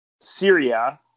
Syria